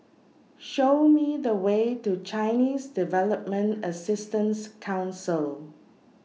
Show Me The Way to Chinese Development Assistance Council